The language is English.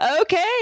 Okay